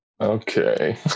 okay